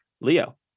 Leo